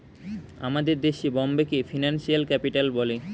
আমাদের দেশে বোম্বেকে ফিনান্সিয়াল ক্যাপিটাল বলে